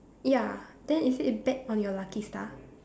ya then is it back on your lucky star